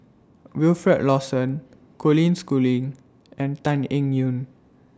Wilfed Lawson Colin Schooling and Tan Eng Yoon